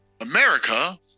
America